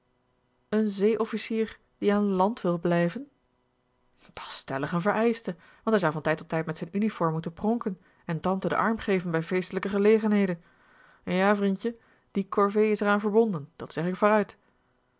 een zee officier die aan land wil blijven dat's stellig een vereischte want hij zou van tijd tot tijd a l g bosboom-toussaint langs een omweg met zijn uniform moeten pronken en tante den arm geven bij feestelijke gelegenheden ja vriendje die corvée is er aan verbonden dat zeg ik vooruit